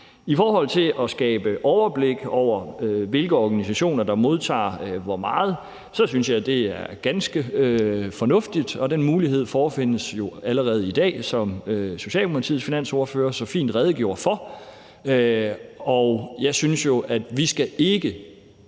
I forhold til at skabe overblik over, hvilke organisationer der modtager midler og hvor meget, synes jeg, det er ganske fornuftigt, og den mulighed forefindes jo allerede i dag, som Socialdemokratiets finansordfører så fint redegjorde for. Og jeg synes jo ikke,